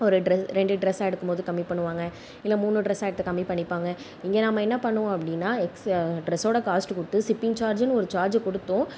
ஒரு ட்ரெஸ் ரெண்டு ட்ரெஸ்ஸாக எடுக்கும்போது கம்மிப் பண்ணுவாங்க இல்லை மூணு ட்ரெஸ்ஸாக எடுத்தால் கம்மிப் பண்ணிப்பாங்க இங்கே நம்ம என்னப் பண்ணுவோம் அப்படினா எக்ஸ் ட்ரெஸ்ஸோட காஸ்ட் கொடுத்து ஷிப்பிங்கை சார்ஜ்ன்னு ஒரு சார்ஜ் கொடுத்தும்